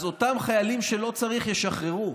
אז אותם חיילים שלא צריך, ישוחררו.